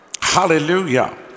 Hallelujah